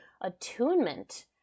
attunement